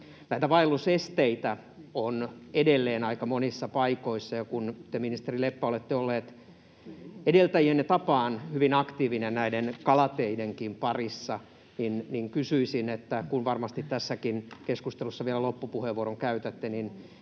Näitä vaellusesteitä on edelleen aika monissa paikoissa. Ja kun te, ministeri Leppä, olette ollut edeltäjienne tapaan hyvin aktiivinen näiden kalateidenkin parissa, niin kysyisin, kun varmasti tässäkin keskustelussa vielä loppupuheenvuoron käytätte,